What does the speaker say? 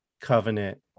Covenant